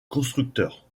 constructeur